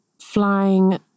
flying